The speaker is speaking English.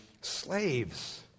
slaves